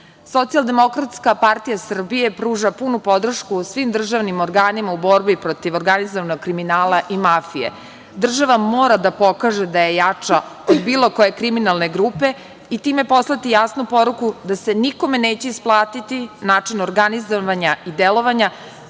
tužilaštva. Socijaldemokratska partija Srbije pruža punu podršku svim državnim organima u borbi protiv organizovanog kriminala i mafije. Država mora da pokaže da je jača od bilo koje kriminalne grupe i time poslati jasnu poruku da se nikome neće isplatiti način organizovanja i delovanja